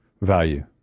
value